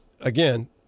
again